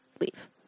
leave